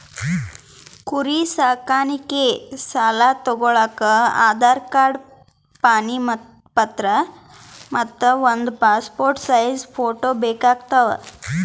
ಕುರಿ ಸಾಕಾಣಿಕೆ ಸಾಲಾ ತಗೋಳಕ್ಕ ಆಧಾರ್ ಕಾರ್ಡ್ ಪಾಣಿ ಪತ್ರ ಮತ್ತ್ ಒಂದ್ ಪಾಸ್ಪೋರ್ಟ್ ಸೈಜ್ ಫೋಟೋ ಬೇಕಾತವ್